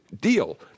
deal